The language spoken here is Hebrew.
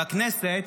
בכנסת.